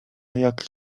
jak